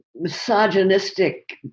misogynistic